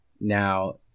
Now